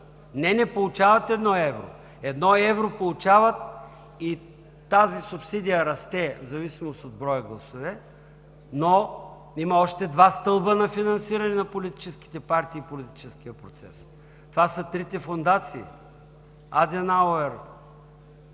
Не, не получават едно евро. Едно евро получават и тази субсидия расте, в зависимост от броя гласове, но има още два стълба на финансиране на политическите партии и политическия процес. Това са трите фондации – „Аденауер“,